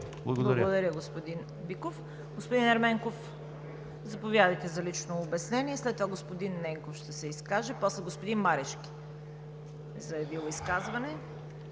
Благодаря.